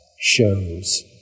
shows